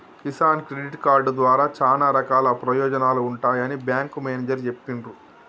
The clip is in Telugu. కిసాన్ క్రెడిట్ కార్డు ద్వారా చానా రకాల ప్రయోజనాలు ఉంటాయని బేంకు మేనేజరు చెప్పిన్రు